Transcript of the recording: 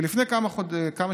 לפני כמה שבועות,